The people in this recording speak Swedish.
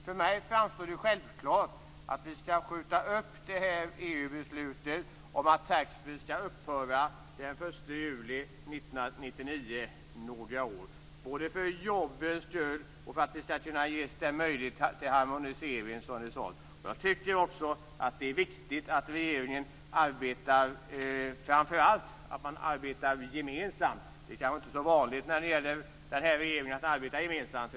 För mig framstår det som självklart att vi skall skjuta upp EU-beslutet om att taxfree skall upphöra den 1 juli 1999 i några år. Det skall vi göra både för jobbens skull och för att vi skall kunna ges den möjlighet till harmonisering som det sades. Jag tycker också att det är viktigt att regeringen arbetar, och framför allt att man arbetar gemensamt. Det är kanske inte så vanligt när det gäller den här regeringen att man arbetar gemensamt.